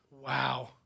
Wow